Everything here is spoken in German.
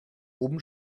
oben